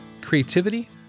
Creativity